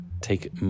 take